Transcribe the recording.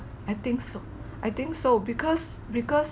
I think so I think so because because